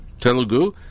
Telugu